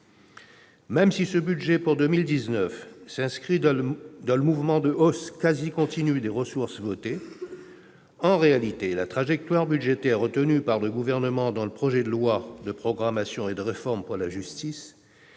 Même si le budget pour 2019 s'inscrit dans le mouvement de hausse quasiment continue des ressources votées, la trajectoire budgétaire retenue par le Gouvernement dans le projet de loi de programmation et de réforme pour la justice-